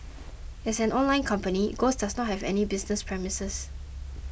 as an online company ghost does not have any business premises